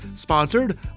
sponsored